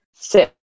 sit